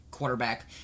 quarterback